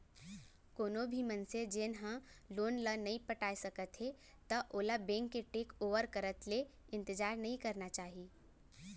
कोनो भी मनसे जेन ह लोन ल नइ पटाए सकत हे त ओला बेंक के टेक ओवर करत ले इंतजार नइ करना चाही